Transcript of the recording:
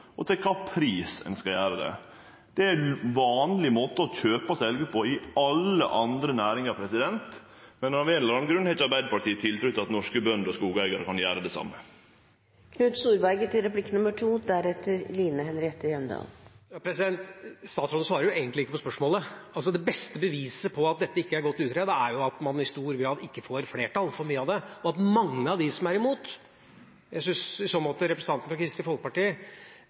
og til kva pris. Det er ein vanleg måte å kjøpe og selje på i alle andre næringar, men av ein eller annan grunn har ikkje Arbeidarpartiet tiltru til at norske bønder og skogeigarar kan gjere det same. Statsråden svarer egentlig ikke på spørsmålet. Det beste beviset på at dette ikke er godt utredet, er at man i stor grad ikke får flertall for mye av det, og at mange er imot. Jeg syns i så måte representanten fra Kristelig Folkeparti holdt et veldig godt innlegg, og vi hører fra Venstre at